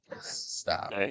Stop